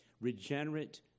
regenerate